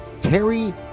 Terry